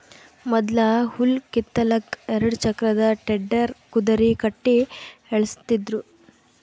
ಮೊದ್ಲ ಹುಲ್ಲ್ ಕಿತ್ತಲಕ್ಕ್ ಎರಡ ಚಕ್ರದ್ ಟೆಡ್ಡರ್ ಕುದರಿ ಕಟ್ಟಿ ಎಳಸ್ತಿದ್ರು